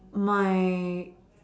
my